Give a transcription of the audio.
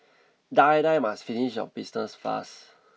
die die must finish your business fast